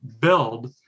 build